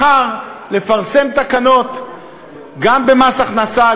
בחר לפרסם תקנות גם במס הכנסה,